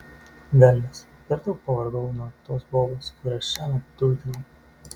velnias per daug pavargau nuo tos bobos kurią šiąnakt dulkinau